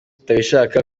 batabishaka